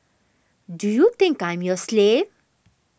do you think I'm your slave